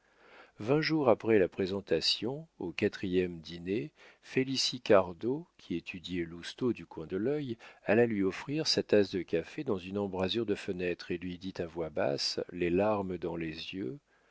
vingt jours après la présentation au quatrième dîner félicie cardot qui étudiait lousteau du coin de l'œil alla lui offrir sa tasse de café dans une embrasure de fenêtre et lui dit à voix basse les larmes dans les yeux